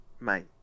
Mate